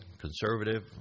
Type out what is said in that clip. conservative